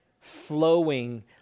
flowing